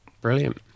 Brilliant